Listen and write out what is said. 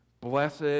blessed